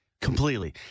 Completely